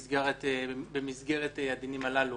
בוקר טוב לכולם,